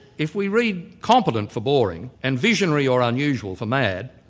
if we read competent for boring, and visionary or unusual for mad,